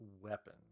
weapon